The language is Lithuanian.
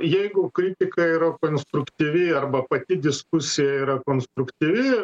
jeigu kritika yra konstruktyvi arba pati diskusija yra konstruktyvi